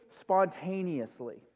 spontaneously